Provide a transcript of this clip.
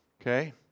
Okay